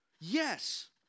Yes